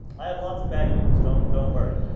i have lots of bad news. don't don't worry